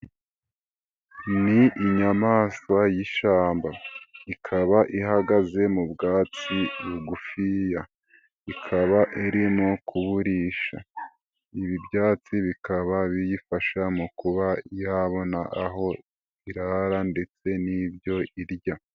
Ni inyamaswa y'ishamba. Ikaba ihagaze mu bwatsi bugufiya. Ikaba irimo kuburisha. Ibi byatsi bikaba biyifasha mu kuba yabona aho irara ndetse n'ibyo irya.